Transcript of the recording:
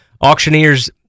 auctioneers